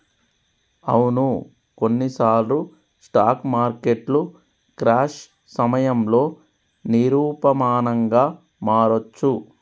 అవును కొన్నిసార్లు స్టాక్ మార్కెట్లు క్రాష్ సమయంలో నిరూపమానంగా మారొచ్చు